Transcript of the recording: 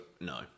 no